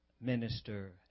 minister